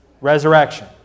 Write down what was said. Resurrection